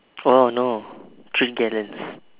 oh no three gallons